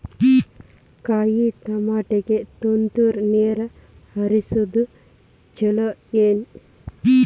ಕಾಯಿತಮಾಟಿಗ ತುಂತುರ್ ನೇರ್ ಹರಿಸೋದು ಛಲೋ ಏನ್ರಿ?